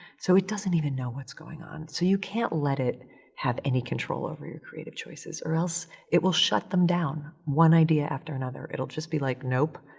so it doesn't even know what's going on. so you can't let it have any control over your creative choices or else it will shut them down one idea after another. it'll just be like, nope,